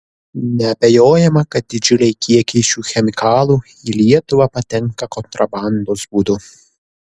neabejojama kad didžiuliai kiekiai šių chemikalų į lietuvą patenka kontrabandos būdu